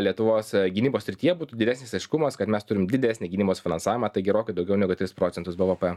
lietuvos gynybos srityje būtų didesnis aiškumas kad mes turim didesnį gynybos finansavimą tai gerokai daugiau negu tris procentus bvp